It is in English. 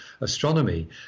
astronomy